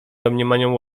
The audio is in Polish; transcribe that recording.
domniemaniom